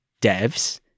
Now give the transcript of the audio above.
devs